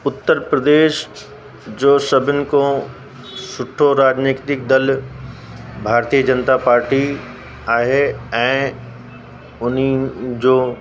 उत्तर प्रदेश जो सभिनि खां सुठो राजनीतिक दल भारतीय जनता पार्टी आहे ऐं उन्हनि जो